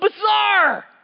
bizarre